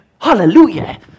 Hallelujah